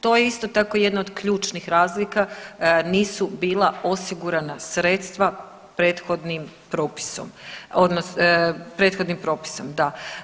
To je isto tako jedna od ključnih razlika, nisu bila osigurana sredstva prethodnim propisom odnosno prethodnim propisom da.